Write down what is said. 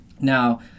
Now